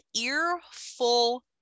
Earful